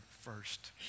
first